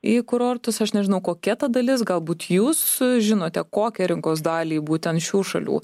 į kurortus aš nežinau kokia ta dalis galbūt jūs žinote kokią rinkos dalį būtent šių šalių